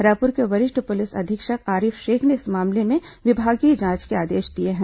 रायपुर के वरिष्ठ पुलिस अधीक्षक आरिफ शेख ने इस मामले में विभागीय जांच के आदेश दिए हैं